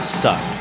suck